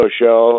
show